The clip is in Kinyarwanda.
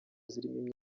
zirimo